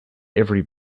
every